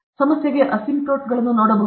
ನಾವು ಸಮಸ್ಯೆಗೆ ಅಸಿಂಪ್ಟೋಟ್ಗಳನ್ನು ನೋಡಬಹುದೇ